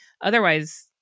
Otherwise